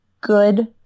good